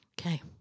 Okay